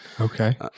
Okay